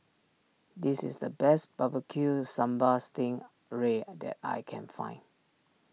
this is the best Barbecue Sambal Sting Ray that I can find